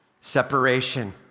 Separation